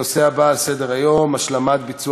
נעבור להצעות לסדר-היום בנושא: השלמת ביצוע